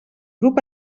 grup